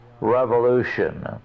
revolution